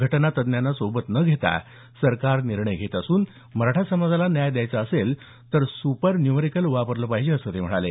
घटनातज्ज्ञांना सोबत न घेता सरकार निर्णय घेत असून मराठा समाजाला न्याय द्यायचा असेल तर सूपर न्यूमेरीकल वापरलं पाहिजे असं ते म्हणाले